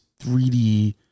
3D